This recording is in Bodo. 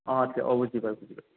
आथ्सा औ बुजिबाय बुजिबाय